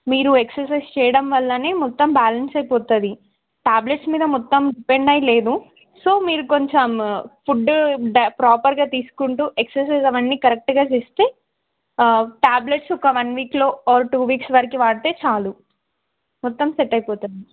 మీరు ఎక్సర్సైజ్ చేయడం వల్లనే మొత్తం బ్యాలెన్స్ అయిపోతుంది ట్యాబ్లెట్స్ మీద మొత్తం డిపెండ్ అయి లేదు సో మీరు కొంచెం ఫుడ్ ప్రాపర్గా తీసుకుంటూ ఎక్సర్సైజ్ అవన్నీ కరెక్ట్గా చేస్తే ట్యాబ్లెట్స్ ఒక వన్ వీక్లో ఆర్ టూ వీక్స్ వరకు వాడితే చాలు మొత్తం సెట్ అయిపోతుంది